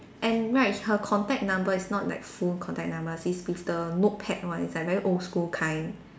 and right her contact number is not like full contact number is with the notepad one is like very old school kind